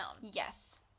Yes